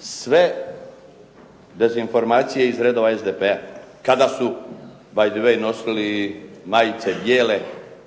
Sve dezinformacije iz redova SDP-a. Kada su by the way nosili majice bijele,